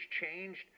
changed